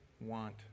want